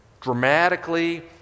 dramatically